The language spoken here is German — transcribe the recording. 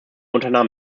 unternahm